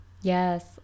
Yes